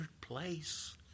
place